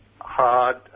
hard